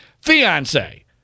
fiance